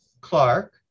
Clark